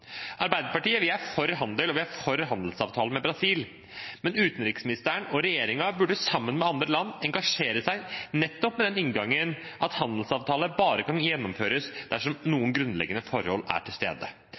Arbeiderpartiet er for handel og for handelsavtalen med Brasil, men utenriksministeren og regjeringen bør sammen med andre land engasjere seg nettopp med den inngangen at en handelsavtale bare kan gjennomføres dersom